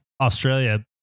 Australia